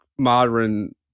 Modern